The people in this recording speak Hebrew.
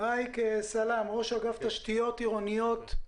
ראיק סאלם, ראש אגף תשתיות עירוניות,